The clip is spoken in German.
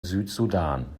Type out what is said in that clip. südsudan